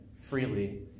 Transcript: freely